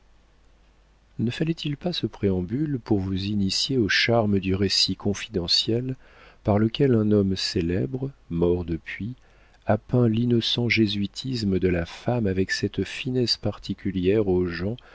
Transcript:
ne fallait-il pas ce préambule pour vous initier aux charmes du récit confidentiel par lequel un homme célèbre mort depuis a peint l'innocent jésuitisme de la femme avec cette finesse particulière aux gens